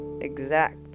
exact